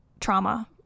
trauma